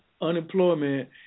unemployment